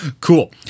Cool